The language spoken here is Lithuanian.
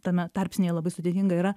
tame tarpsnyje labai sudėtinga yra